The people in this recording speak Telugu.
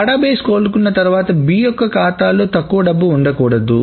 డేటాబేస్ కోలుకున్న తర్వాత B యొక్క ఖాతాలో తక్కువ డబ్బు ఉండకూడదు